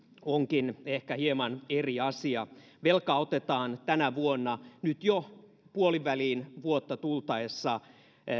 onkin ehkä hieman eri asia velkaa otetaan tänä vuonna jo nyt puoliväliin vuotta tultaessa